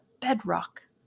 bedrock